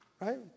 Right